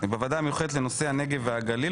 בוועדה המיוחדת לנושא הנגב והגליל,